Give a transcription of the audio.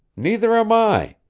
neither am i.